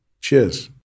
Cheers